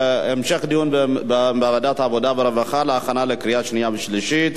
לוועדת העבודה, הרווחה והבריאות נתקבלה.